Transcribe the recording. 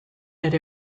ere